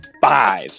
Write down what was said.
five